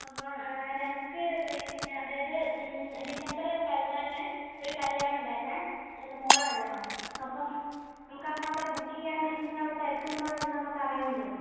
അപ്പോൾ ഞങ്ങൾക്ക് പിന്നെ അതായത് ഡിസംബർ പതിനാലിന് ഒരു കല്യാണമുണ്ടായിരുന്നേ എൻ്റെ മോളെ കല്യാണമാണ് അപ്പം നമുക്ക് അന്ന് അവിടെ ബുക്ക് ചെയ്യാൻ എന്തെങ്കിലും അവിടെ തിരക്കുണ്ടോ എന്താണെന്നൊക്കെ അറിയാൻ വേണ്ടിയായിരുന്നു